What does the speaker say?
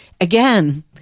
again